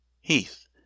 Heath